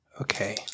Okay